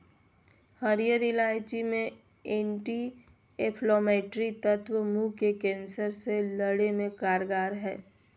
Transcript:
हरीयर इलायची मे एंटी एंफलामेट्री तत्व मुंह के कैंसर से लड़े मे कारगर हई